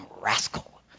rascal